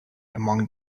among